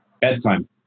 bedtime